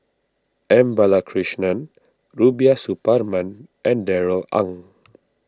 M Balakrishnan Rubiah Suparman and Darrell Ang